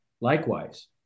Likewise